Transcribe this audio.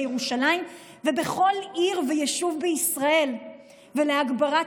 בירושלים ובכל עיר ויישוב בישראל ולהגברת